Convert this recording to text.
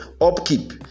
upkeep